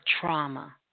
trauma